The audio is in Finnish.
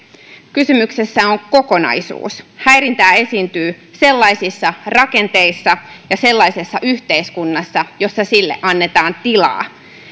kysymyksessä on kokonaisuus häirintää esiintyy sellaisissa rakenteissa ja sellaisessa yhteiskunnassa joissa sille annetaan tilaa